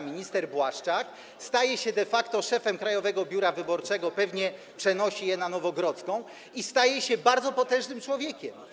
Minister Błaszczak staje się de facto szefem Krajowego Biura Wyborczego - pewnie przenosi je na Nowogrodzką - i staje się bardzo potężnym człowiekiem.